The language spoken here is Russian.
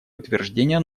утверждения